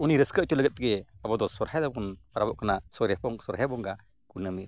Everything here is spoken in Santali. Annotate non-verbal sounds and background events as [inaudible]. ᱩᱱᱤ ᱨᱟᱹᱥᱠᱟᱹ ᱦᱚᱪᱚ ᱞᱟᱹᱜᱤᱫ ᱛᱮᱜᱮ ᱟᱵᱚ ᱫᱚ ᱥᱚᱦᱚᱨᱟᱭ ᱫᱚᱵᱚᱱ ᱯᱚᱨᱚᱵᱚᱜ ᱠᱟᱱᱟ [unintelligible] ᱠᱚ ᱥᱚᱦᱚᱨᱟᱭ ᱵᱚᱸᱜᱟ ᱠᱩᱱᱟᱹᱢᱤᱨᱮ